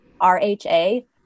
R-H-A